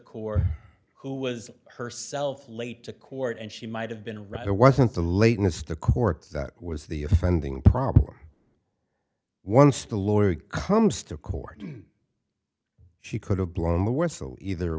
corps who was herself late to court and she might have been right it wasn't the lateness the court that was the offending problem once the lawyer comes to court she could have blown the whistle either